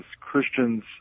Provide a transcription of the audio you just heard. Christians